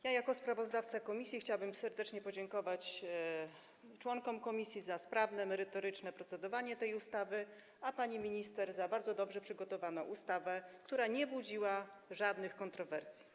Jako sprawozdawca komisji chciałabym serdecznie podziękować członkom komisji za sprawne, merytoryczne procedowanie nad tą ustawą, a pani minister za bardzo dobrze przygotowaną ustawę, która nie budziła żadnych kontrowersji.